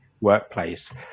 workplace